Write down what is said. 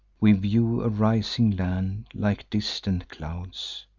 we view a rising land, like distant clouds